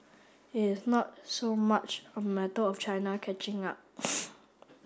it's not so much a matter of China catching up